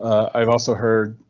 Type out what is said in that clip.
i've also heard